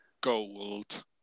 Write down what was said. gold